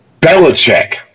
Belichick